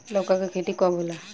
लौका के खेती कब होला?